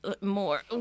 More